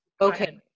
Okay